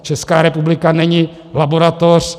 Česká republika není laboratoř.